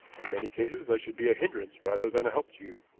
in many cases i should be a hindrance rather than a help to you.